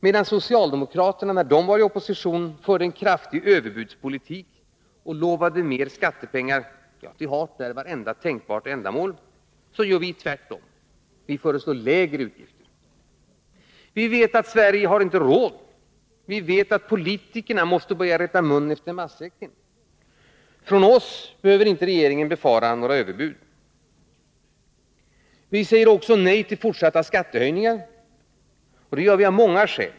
Medan socialdemokraterna, när de var i opposition, förde en kraftig överbudspolitik och lovade mer skattepengar till hart när varje tänkbart ändamål, gör vi tvärtom: Vi föreslår lägre utgifter. Vi vet att Sverige inte har råd. Vi vet att politikerna måste börja rätta mun efter matsäcken. Från oss behöver regeringen inte befara några överbud. Vi säger också nej till fortsatta skattehöjningar. Det gör vi av många skäl.